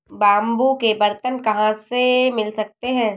Bamboo के बर्तन कहाँ से मिल सकते हैं?